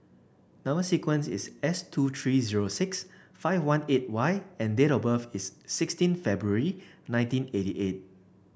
number sequence is S two three zero six five one eight Y and date of birth is sixteen February nineteen eighty eight